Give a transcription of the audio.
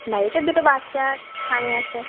বাড়িতে দুটো বাচ্চা আর স্বামী আছে